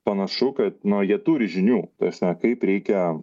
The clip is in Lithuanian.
panašu kad na jie turi žiniųta prasme kaip reikia